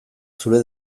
zure